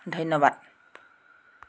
ধন্যবাদ